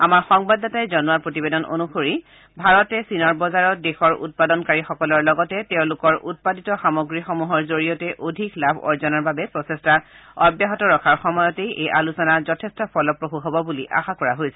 আমাৰ সংবাদদাতাই জনোৱা প্ৰতিবেদন অনুসৰি ভাৰতে চীনৰ বজাৰত দেশৰ উৎপাদনকাৰীসকলৰ লগতে তেওঁলোকৰ উৎপাদিত সামগ্ৰীসমূহৰ জৰিয়তে অধিক লাভ অৰ্জনৰ বাবে প্ৰচেষ্টা অব্যাহত ৰখাৰ সময়ত এই আলোচনা যথেষ্ট ফলপ্ৰসু হ'ব বুলি আশা কৰা হৈছে